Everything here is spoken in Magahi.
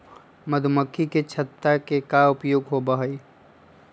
मधुमक्खी के छत्ता के का उपयोग होबा हई?